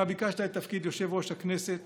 אתה ביקשת את תפקיד יושב-ראש הכנסת